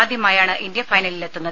ആദ്യമായാണ് ഇന്ത്യ ഫൈനലിൽ എത്തുന്നത്